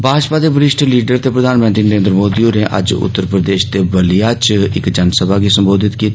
भाजपा दे वरिश्ठ लीडर ते प्रधानमंत्री नरेन्द्र मोदी होरें अज्ज उत्तर प्रदेष दे बल्लिया च इक जनसभा गी संबोधत कीता